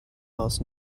most